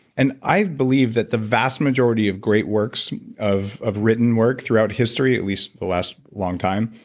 and i believe that the vast majority of great works of of written work throughout history, at least the last long time,